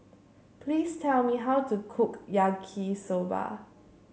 please tell me how to cook Yaki Soba